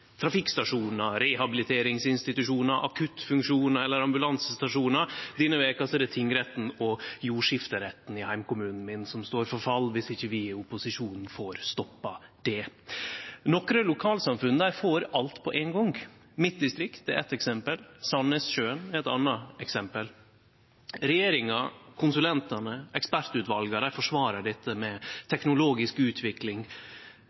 trafikkstasjonar, rehabiliteringsinstitusjonar, akuttfunksjonar eller ambulansestasjonar. Denne veka er det tingretten og jordskifteretten i heimkommunen min som står for fall, viss ikkje vi i opposisjonen får stoppa det. Nokre lokalsamfunn får alt på ein gong. Mitt distrikt er eitt eksempel, Sandnessjøen er eit anna eksempel. Regjeringa, konsulentane og ekspertutvala forsvarar dette med teknologisk utvikling,